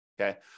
okay